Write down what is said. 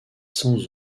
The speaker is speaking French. sans